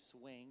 swing